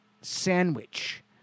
sandwich